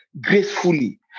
gracefully